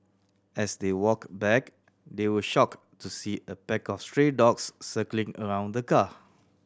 as they walked back they were shocked to see a pack of stray dogs circling around the car